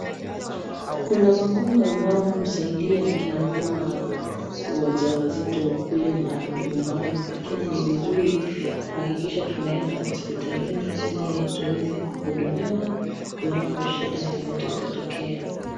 Kuna makunga ambao husaidia akina mama wajawazito kule manyumbani lakini ni vizuri kuhakikisha tunaenda hospitalini ili tuweze kuhudumiwa iwapo shida yoyote itatokea.